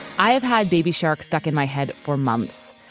i have had baby shark stuck in my head for months.